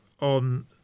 on